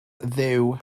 dduw